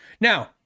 Now